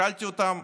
שאלתי אותם: